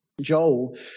Joel